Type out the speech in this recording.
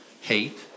Hate